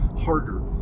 harder